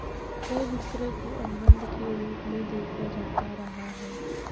क्रय विक्रय को अनुबन्ध के रूप में देखा जाता रहा है